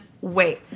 wait